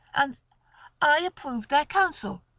and i approved their counsel,